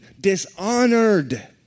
dishonored